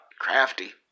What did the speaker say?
Crafty